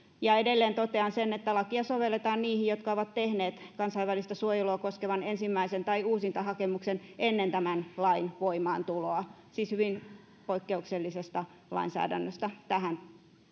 ja edelleen totean sen että lakia sovelletaan niihin jotka ovat tehneet kansainvälistä suojelua koskevan ensimmäisen tai uusintahakemuksen ennen tämän lain voimaantuloa puhumme siis hyvin poikkeuksellisesta lainsäädännöstä tähän